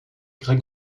greg